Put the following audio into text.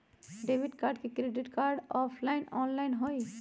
Debit card credit card offline online होई?